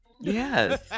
Yes